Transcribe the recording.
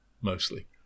Mostly